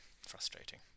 Frustrating